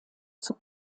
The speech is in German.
zur